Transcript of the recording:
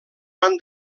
van